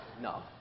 No